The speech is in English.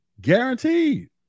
Guaranteed